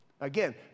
Again